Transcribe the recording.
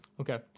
Okay